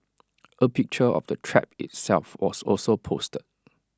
A picture of the trap itself was also posted